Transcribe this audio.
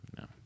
No